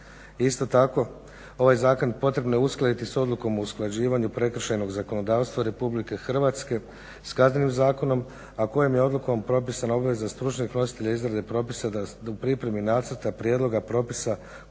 Isto tako ovaj zakon potrebno je uskladiti s odlukom o usklađivanju prekršajnog zakonodavstva Republike Hrvatske, s Kaznenim zakonom, a kojim je odlukom propisana obveza stručnih nositelja izrade propisa da u pripremi nacrta prijedloga propisa,